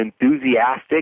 enthusiastic